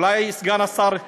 אולי סגן השר,